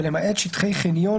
ולמעט שטחי חניון,